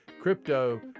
Crypto